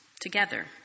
together